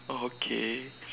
oh okay